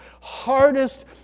hardest